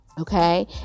Okay